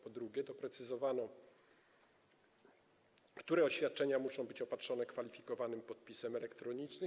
Po drugie, doprecyzowano, które oświadczenia muszą być opatrzone kwalifikowanym podpisem elektronicznym.